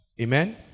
Amen